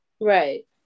right